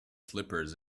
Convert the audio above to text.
slippers